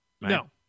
No